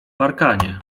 parkanie